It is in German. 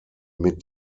mit